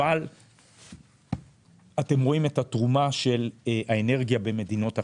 אבל אתם רואים את התרומה של האנרגיה במדינות אחרות.